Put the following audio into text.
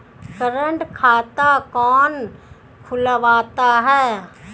Current खाता कौन खुलवाता है?